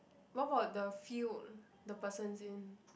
what about the field the person's in